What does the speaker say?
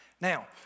Now